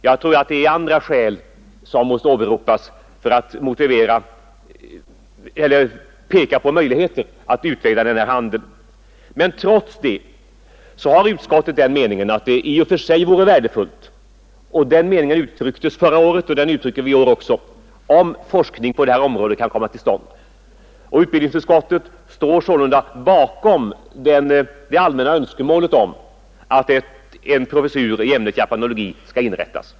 Jag tror att det är andra skäl som måste åberopas för möjligheterna att utveckla denna handel. Men trots detta har utskottet ansett att det i och för sig vore värdefullt — den meningen uttrycktes förra året och den uttrycker vi i år också — om forskning på detta område kunde komma till stånd. Utbildningsutskottet står sålunda bakom det allmänna önskemålet att en professur i ämnet japanologi skall inrättas.